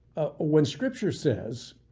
ah when scripture says,